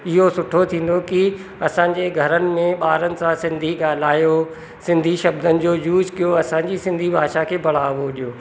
इहो सुठो थींदो की असांजे घरनि में ॿारनि सां सिंधी ॻाल्हायो सिंधी शब्दनि जो यूज़ कयो असांजी सिंधी भाषा खे बढ़ावो ॾियो